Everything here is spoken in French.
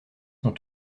sont